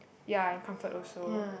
ya and comfort also